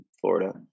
Florida